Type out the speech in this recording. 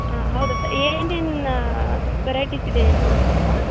ಆ ಹೌದ ಸರ್ ಏನೇನು ವೆರೈಟೀಸ್ ಇದೆ ಹೇಳ್ತೀರಾ ಸ್ವಲ್ಪ